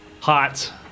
Hot